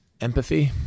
Empathy